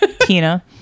Tina